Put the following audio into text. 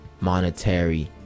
monetary